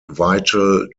vital